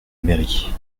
mairie